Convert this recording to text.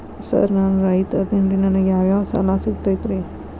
Sir ನಾನು ರೈತ ಅದೆನ್ರಿ ನನಗ ಯಾವ್ ಯಾವ್ ಸಾಲಾ ಸಿಗ್ತೈತ್ರಿ?